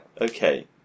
Okay